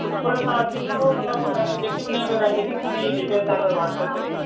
हिक भेरो तव्हां अची ॾिसो हुनखां पोइ तव्हांखे जेकी नई वैराएटी ईंदी हुनजी डिटेल तव्हांखे वॉट्सएप ते ॾेई छॾंदासीं